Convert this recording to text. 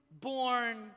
born